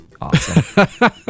awesome